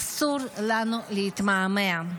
אסור לנו להתמהמה.